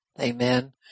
Amen